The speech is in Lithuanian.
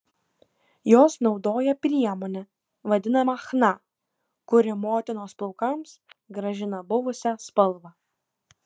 jos naudoja priemonę vadinamą chna kuri motinos plaukams grąžina buvusią spalvą